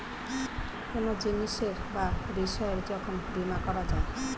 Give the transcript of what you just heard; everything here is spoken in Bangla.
কোনো জিনিসের বা বিষয়ের যখন বীমা করা যায়